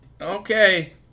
Okay